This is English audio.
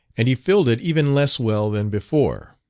and he filled it even less well than before.